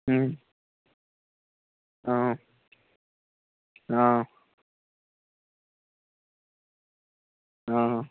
ఆ ఆ ఆ ఆహ